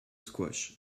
squash